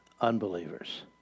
unbelievers